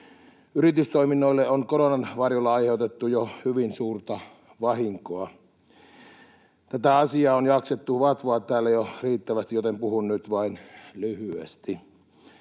Yritystoiminnoille on koronan varjolla aiheutettu jo hyvin suurta vahinkoa. Tätä asiaa on jaksettu vatvoa täällä jo riittävästi, joten puhun nyt vain lyhyesti.